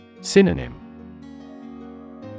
Synonym